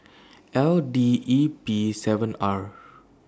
L D E P seven R